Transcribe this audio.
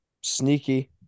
sneaky